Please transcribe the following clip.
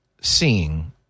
seeing